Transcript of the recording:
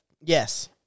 Yes